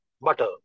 butter